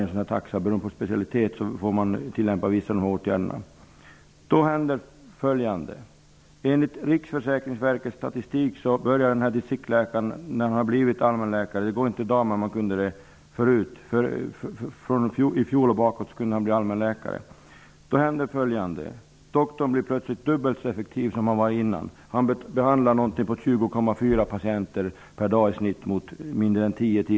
Distriktsläkaren kunde fram till i år bli allmänläkare. Om han blev det hände följande. Enligt Riksförsäkringsverkets statistik blev han då dubbelt så effektiv som tidigare. Han behandlade då genomsnittligt ungefär 20,4 patienter per dag mot tidigare mindre än 10.